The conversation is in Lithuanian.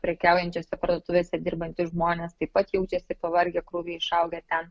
prekiaujančiose parduotuvėse dirbantys žmonės taip pat jaučiasi pavargę krūviai išaugę ir ten